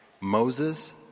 Moses